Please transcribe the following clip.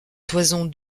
toison